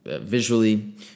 visually